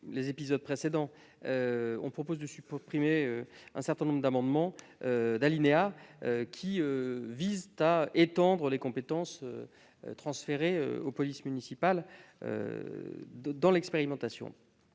les épisodes précédents. Nous proposons de supprimer un certain nombre d'alinéas qui visent à étendre les compétences transférées aux polices municipales dans le cadre de l'expérimentation.